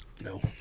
No